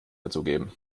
dazugeben